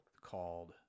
called